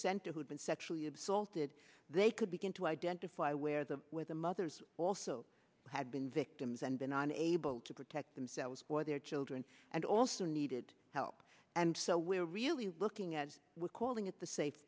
center who had been sexually assaulted they could begin to identify where the with the mothers also had been victims and been unable to protect themselves or their children and also needed help and so we're really looking as we're calling it the safe